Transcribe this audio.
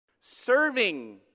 Serving